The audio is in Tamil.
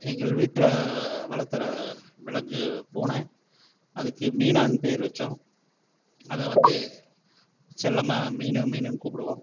எங்கள் வீட்டில் வளர்த்துற விலங்கு பூனை அதுக்கு மீனான்னு பேர் வச்சோம் அதை வந்து செல்லமா மீனு மீனுன்னு கூப்பிடுவோம்